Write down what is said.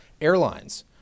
airlines